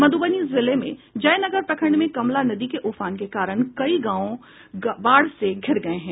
मधुबनी जिले में जयनगर प्रखंड में कमला नदी के उफान के कारण कई गांवों बाढ़ से घिर गये हैं